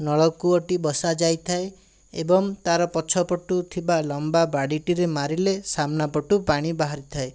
ନଳକୂଅଟି ବସାଯାଇଥାଏ ଏବଂ ତା'ର ପଛପଟୁ ଥିବା ଲମ୍ବା ବାଡ଼ିଟିରେ ମାରିଲେ ସାମ୍ନା ପଟୁ ପାଣି ବାହାରିଥାଏ